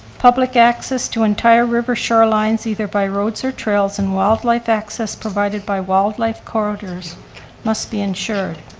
public access to entire river shorelines either by roads or trails and wildlife access provided by wildlife corridors must be ensured.